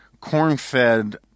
corn-fed